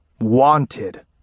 Wanted